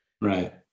Right